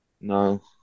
No